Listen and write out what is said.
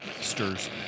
stirs